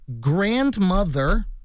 grandmother